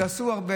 שעשו הרבה.